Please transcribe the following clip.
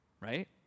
right